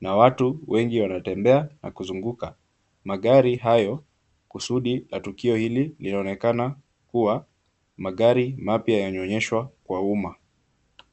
na watu wengi wanatembea na kuzunguka magari hayo. Kusudi ya tukio hili linaonekana kuwa, magari mapya yanaonyeshwa kwa umma.